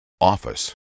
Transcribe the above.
office